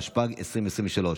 התשפ"ג 2023,